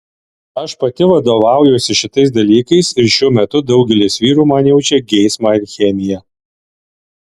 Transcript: aš pati vadovaujuosi šitais dalykais ir šiuo metu daugelis vyrų man jaučia geismą ir chemiją